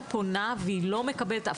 והיא לא מקבלת.